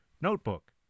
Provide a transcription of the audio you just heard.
notebook